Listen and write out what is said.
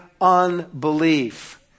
unbelief